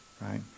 right